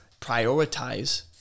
prioritize